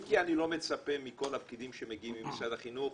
אם כי אני לא מצפה מכל הפקידים שמגיעים ממשרד החינוך.